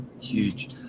Huge